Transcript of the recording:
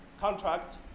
contract